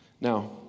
Now